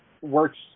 works